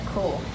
Cool